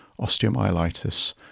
osteomyelitis